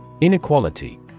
Inequality